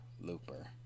looper